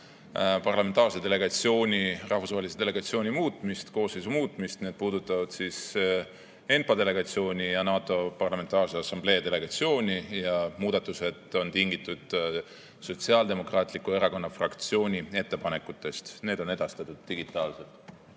parlamentaarse delegatsiooni, rahvusvahelise delegatsiooni koosseisu muutmist. Need puudutavad ENPA delegatsiooni ja NATO Parlamentaarse Assamblee delegatsiooni. Muudatused on tingitud Sotsiaaldemokraatliku Erakonna fraktsiooni ettepanekutest. Need on edastatud digitaalselt.